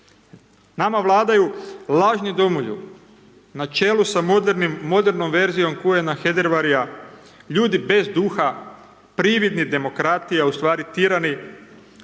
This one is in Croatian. nama vladaju lažni domoljubi, na čelu sa modernom verzijom Khuena Hedervarya, ljudi bez duha, prividni demokrati, a u stvari tirani,